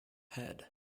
head